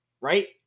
Right